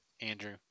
Andrew